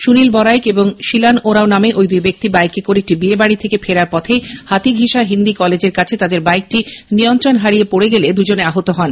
সুনীল বরাইক ও শিলনে ওঁরাও নামে ঐ দুই ব্যক্তি বাইকে করে একটি বিয়েবাড়ি থেকে ফেরার পথে হাতিঘিসা হিন্দী কলেজের কাছে তাদের বাইকটি নিয়ন্ত্রণ হারিয়ে গেলে দুজন আহত হন